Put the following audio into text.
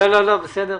לא, בסדר,